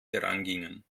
herangingen